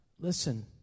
listen